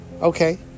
okay